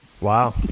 Wow